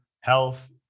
health